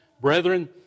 Brethren